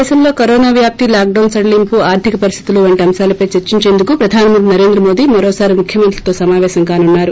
దేశంలో కరోనా వ్యాప్తి లాక్డౌన్ సడలింపు ఆర్థిక పరిస్థితులు వంటి అంశాలపై చర్చించేందుకు ప్రధానమంత్రి నరేంద్ర మోదీ మరోసారి ముఖ్యమంత్రులతో సమాపేశం కానున్నారు